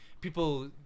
people